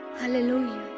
Hallelujah